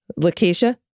Lakeisha